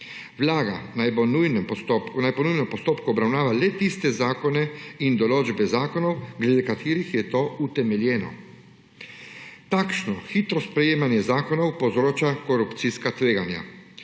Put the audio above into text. Vlada naj po nujnem postopku obravnava le tiste zakone in določbe zakonov, glede katerih je to utemeljeno. Takšno hitro sprejemanje zakonov povzroča korupcijska tveganja.